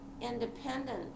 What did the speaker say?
independent